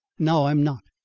now i'm not.